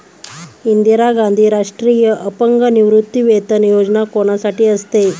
इंदिरा गांधी राष्ट्रीय अपंग निवृत्तीवेतन योजना कोणासाठी असते?